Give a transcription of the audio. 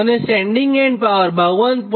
અને sending end power 52